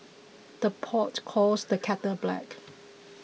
the pot calls the kettle black